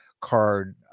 card